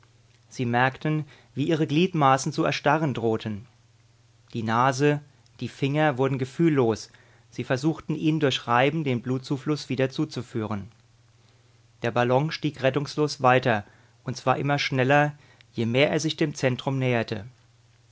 sie merkten wie ihre gliedmaßen zu erstarren drohten die nase die finger wurden gefühllos sie versuchten ihnen durch reiben den blutzufluß wieder zuzuführen der ballon stieg rettungslos weiter und zwar immer schneller je mehr er sich dem zentrum näherte